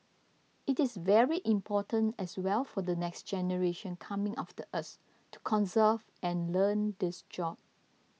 it is very important as well for the next generation coming after us to conserve and learn this job